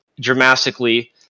dramatically